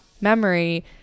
memory